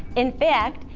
in fact,